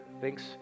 Thanks